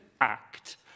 Act